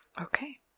Okay